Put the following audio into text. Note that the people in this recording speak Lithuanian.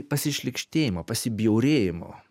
pasišlykštėjimo pasibjaurėjimo